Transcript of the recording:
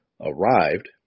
arrived